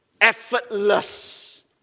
effortless